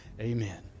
Amen